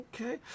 okay